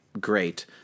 great